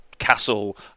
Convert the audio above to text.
castle